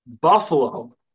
Buffalo